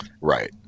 Right